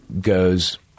goes